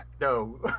No